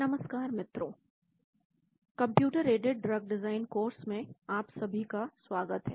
नमस्कार मित्रों computer aided drug design course में आप सभी का स्वागत है